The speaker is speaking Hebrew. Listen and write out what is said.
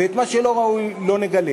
ואת מה שראוי לא נגלה.